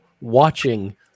watching